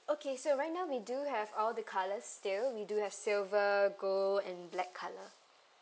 okay so right now we do have all the colors still we do have silver gold and black color